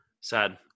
sad